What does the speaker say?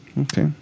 Okay